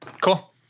Cool